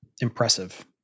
impressive